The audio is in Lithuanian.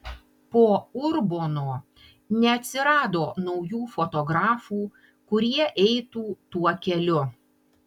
po urbono neatsirado naujų fotografų kurie eitų tuo keliu